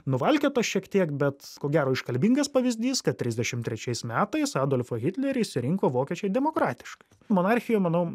nuvalkiotas šiek tiek bet ko gero iškalbingas pavyzdys kad trisdešimt trečiais metais adolfą hitlerį išsirinko vokiečiai demokratiškai monarchijoj manau